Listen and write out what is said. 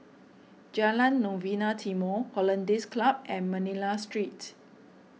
Jalan Novena Timor Hollandse Club and Manila Street